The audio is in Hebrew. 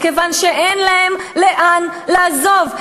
מכיוון שאין להם לאן לעזוב.